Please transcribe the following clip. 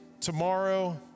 tomorrow